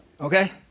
okay